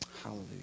Hallelujah